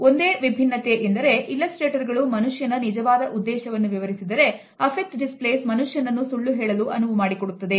ಒಂದೇ ವಿಭಿನ್ನತೆ ಎಂದರೆ illustrator ಗಳು ಮನುಷ್ಯನ ನಿಜವಾದ ಉದ್ದೇಶವನ್ನು ವಿವರಿಸಿದರೆ Affect displays ಮನುಷ್ಯನನ್ನು ಸುಳ್ಳು ಹೇಳಲು ಅನುವುಮಾಡಿಕೊಡುತ್ತದೆ